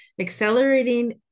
accelerating